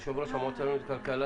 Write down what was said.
יושב ראש המועצה הלאומית לכלכלה,